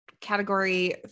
category